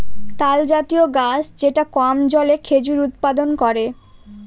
তালজাতীয় গাছ যেটা কম জলে খেজুর উৎপাদন করে